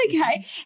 okay